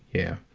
yeah.